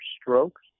strokes